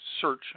search